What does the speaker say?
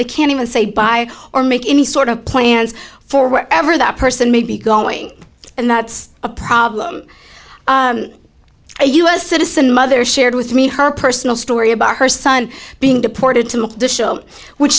they can't even say bye or make any sort of plans for wherever that person may be going and that's a problem a u s citizen mother shared with me her personal story about her son being deported to make the show which